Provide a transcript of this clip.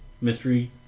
mystery